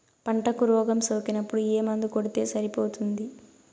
పంటకు రోగం సోకినపుడు ఏ మందు కొడితే సరిపోతుంది?